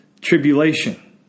tribulation